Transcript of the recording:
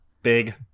Big